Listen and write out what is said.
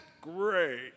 Great